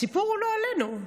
הסיפור הוא לא עלינו,